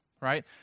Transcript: right